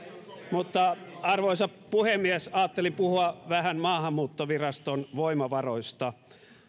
mutta arvoisa puhemies ajattelin puhua vähän maahanmuuttoviraston voimavaroista